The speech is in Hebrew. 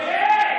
אוי, באמת.